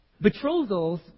Betrothals